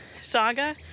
saga